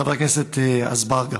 חבר הכנסת אזברגה,